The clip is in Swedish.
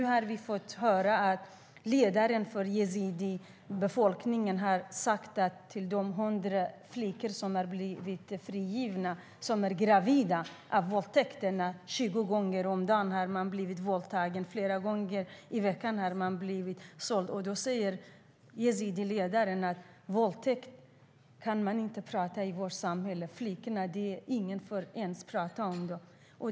Vi har fått höra att ledaren för den yazidiska befolkningen har sagt till hundratalet flickor som blivit frigivna, och som är gravida, att man inte kan prata om våldtäkt i samhället - 20 gånger om dagen har de blivit våldtagna, och flera gånger i veckan har de blivit sålda. Ingen, inte ens flickorna, får prata om det.